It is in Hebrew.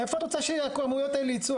איפה את רוצה שהכמויות האלה יצאו?